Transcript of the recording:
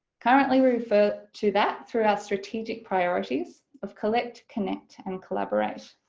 currently we refer to that through our strategic priorities of collect, connect and collaborate.